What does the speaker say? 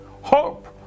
hope